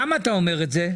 למה אתה אומר את זה?